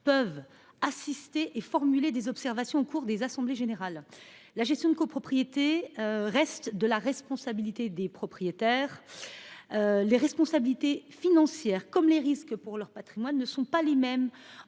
peuvent assister et formuler des observations au cours des assemblées générales. La gestion de la copropriété reste de la responsabilité des propriétaires. Par ailleurs, les responsabilités financières comme les risques patrimoniaux ne sont pas les mêmes